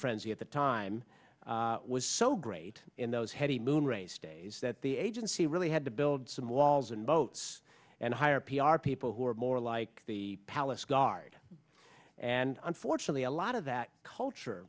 frenzy at the time was so great in those heady moon race stays that the agency really had to build some walls and boats and hire p r people who are more like the palace guard and unfortunately a lot of that culture